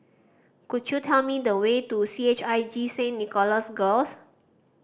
could you tell me the way to C H I J Saint Nicholas Girls